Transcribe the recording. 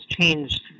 changed